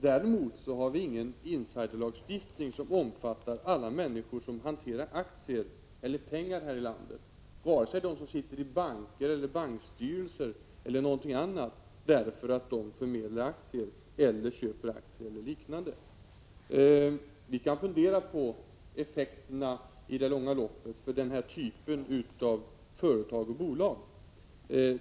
Däremot har vi ingen insiderlagstiftning som omfattar alla människor som hanterar aktier eller pengar här i landet. Lagen gäller alltså inte dem som sitter i banker, bankstyrelser eller i andra organ och förmedlar eller köper aktier. Vi kan fundera på effekterna av en sådan lagstiftning i det långa loppet för denna typ av företag och bolag.